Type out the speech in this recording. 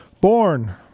born